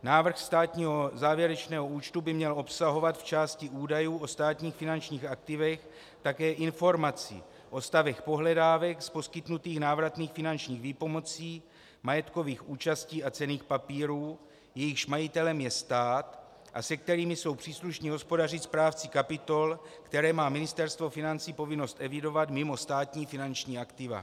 Návrh státního závěrečného účtu by měl obsahovat v části údajů o státních finančních aktivech také informaci o stavech pohledávek z poskytnutých návratných finančních výpomocí, majetkových účastí a cenných papírů, jejichž majitelem je stát a se kterými jsou příslušní hospodařit správci kapitol, které má Ministerstvo financí povinnost evidovat mimo státní finanční aktiva.